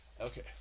Okay